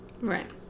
Right